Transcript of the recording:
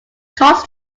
cost